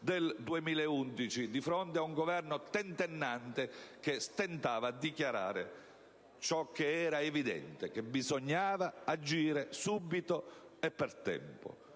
2011 di fronte ad un Governo tentennante che stentava a dichiarare ciò che era evidente, ovvero la necessità di agire subito e per tempo.